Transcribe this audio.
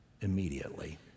immediately